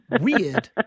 Weird